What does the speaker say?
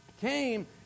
came